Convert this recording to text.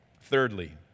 Thirdly